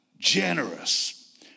Generous